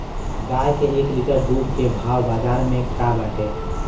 गाय के एक लीटर दूध के भाव बाजार में का बाटे?